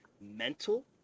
mental